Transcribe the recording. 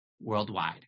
worldwide